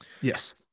yes